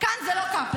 זה לא יאט אותי,